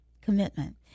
commitment